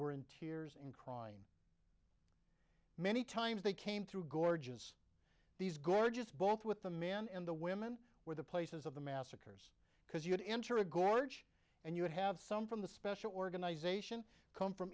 were in tears and crying many times they came through gorgeous these gorgeous both with the man and the women were the places of the massacres because you would enter a gorge and you would have some from the special organization come from